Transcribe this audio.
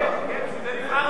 כן, בשביל זה נבחרנו.